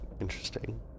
Interesting